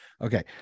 Okay